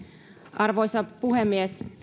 arvoisa puhemies